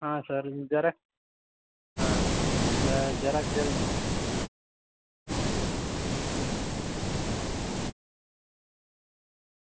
હા સર જરાક હા જરાક જોઈ